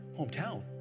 hometown